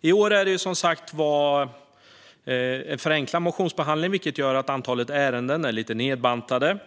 I år är det som sagt en förenklad motionsbehandling, vilket gör att antalet ärenden är lite nedbantat.